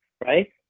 right